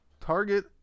Target